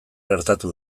gertatu